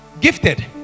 gifted